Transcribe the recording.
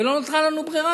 ולא נותרה לנו ברירה